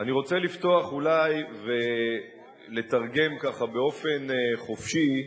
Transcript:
אני רוצה לפתוח אולי ולתרגם, באופן חופשי,